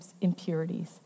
impurities